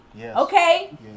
Okay